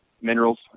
minerals